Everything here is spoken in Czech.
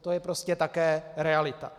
To je prostě také realita.